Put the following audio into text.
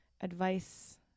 advice